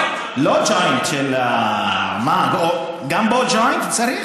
לא ג'וינט של, מה, גם פה צריך